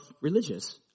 religious